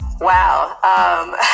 Wow